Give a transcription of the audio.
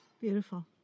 beautiful